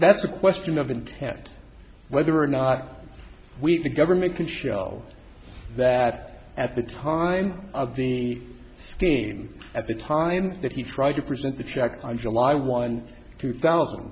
that's a question of intent whether or not we the government can show that at the time of the scheme at the time that he tried to present the check on july one two thousand